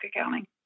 accounting